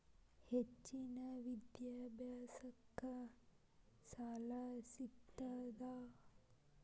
ಹೆಚ್ಚಿನ ವಿದ್ಯಾಭ್ಯಾಸಕ್ಕ ಸಾಲಾ ಸಿಗ್ತದಾ?